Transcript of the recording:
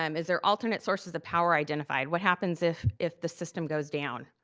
um is there alternate sources of power identified? what happens if if the system goes down?